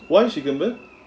why she came back